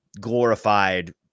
glorified